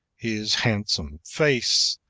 his handsome face,